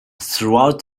throughout